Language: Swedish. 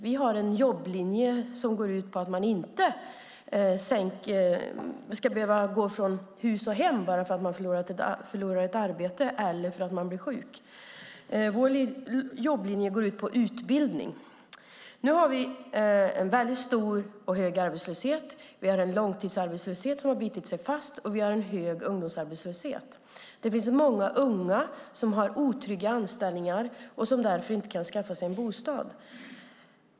Vi har en jobblinje som går ut på att man inte ska behöva gå från hus och hem bara för att man förlorar arbetet eller blir sjuk. Vår jobblinje går också ut på utbildning. Nu har vi en mycket hög arbetslöshet. Långtidsarbetslösheten har bitit sig fast, och ungdomsarbetslösheten är hög. Många unga har otrygga anställningar och kan därför inte skaffa sig en bostad.